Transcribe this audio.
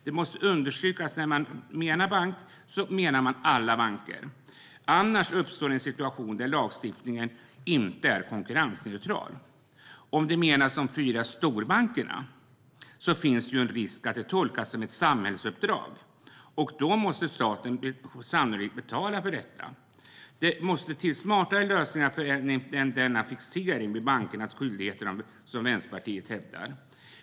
Det måste understrykas att när man talar om bank menar man alla banker. Annars uppstår en situation där lagstiftningen inte är konkurrensneutral. Om man menar de fyra storbankerna finns det risk att det tolkas som samhällsuppdrag, och då måste staten sannolikt betala för detta. Det måste till smartare lösningar än den fixering vid bankernas skyldigheter som Vänsterpartiet hävdar.